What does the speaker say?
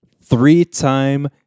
three-time